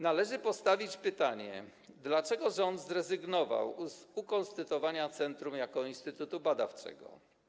Należy postawić pytanie, dlaczego rząd zrezygnował z ukonstytuowania centrum jako instytutu badawczego.